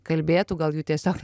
kalbėtų gal jų tiesiog